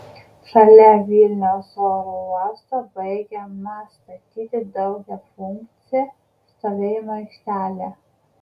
šalia vilniaus oro uosto baigiama statyti daugiafunkcė stovėjimo aikštelė